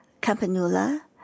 Campanula